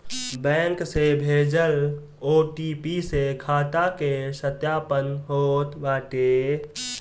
bank से भेजल OTP से खाता के सत्यापन होत बाटे